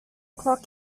clock